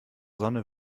sonne